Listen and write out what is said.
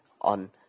on